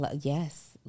Yes